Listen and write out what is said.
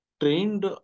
trained